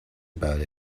about